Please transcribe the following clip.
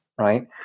right